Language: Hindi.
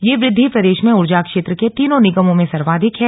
यह वृद्धि प्रदेश में ऊर्जा क्षेत्र के तीनों निगमों में सर्वाधिक है